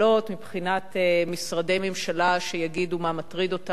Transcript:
מבחינת משרדי ממשלה שיגידו מה מטריד אותם.